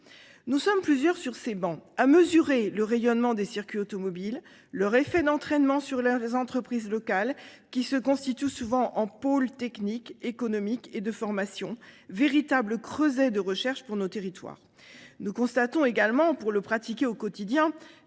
Nous sommes plusieurs sur ces bancs à mesurer le rayonnement des circuits automobiles, leur effet d'entraînement sur les entreprises locales qui se constituent souvent en pôles techniques, économiques et de formation, véritables creusets de recherche pour nos territoires. Nous constatons également, pour le pratiquer au quotidien,